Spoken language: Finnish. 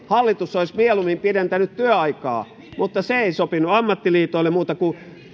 hallitus olisi mieluummin pidentänyt työaikaa mutta se ei sopinut ammattiliitoille muuta kuin